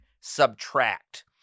Subtract